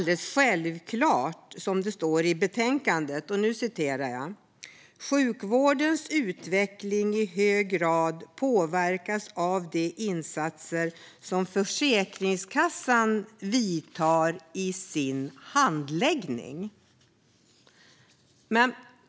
Det är självklart som det står i betänkandet att sjukfrånvarons utveckling i hög grad påverkas av de insatser som Försäkringskassan vidtar i sin handläggning.